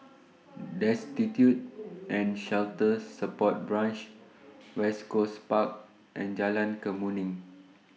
Destitute and Shelter Support Branch West Coast Park and Jalan Kemuning